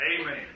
Amen